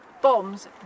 bombs